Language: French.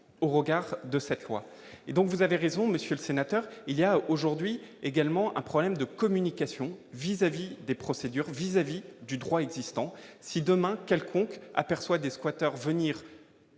au regard de cette loi et donc vous avez raison, Monsieur le Sénateur, il y a aujourd'hui également un problème de communication vis-à-vis des procédures vis-à-vis du droit existant, si demain quelconque aperçoit des squatters venir